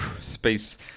space